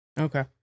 Okay